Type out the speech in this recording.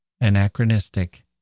anachronistic